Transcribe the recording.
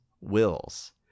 wills